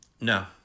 No